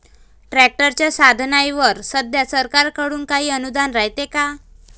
ट्रॅक्टरच्या साधनाईवर सध्या सरकार कडून काही अनुदान रायते का?